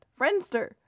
Friendster